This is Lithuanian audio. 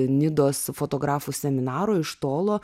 nidos fotografų seminaro iš tolo